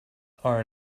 are